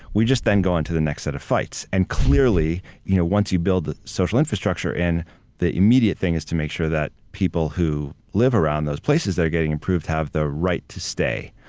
we just then go onto the next set of fights. and clearly you know once you build the social infrastructure and the immediate thing is to make sure that people who live around those places that are getting improved have the right to stay.